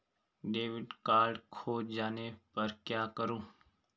Debit card खो जाने पर क्या करूँ?